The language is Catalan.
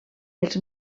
els